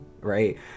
right